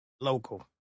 local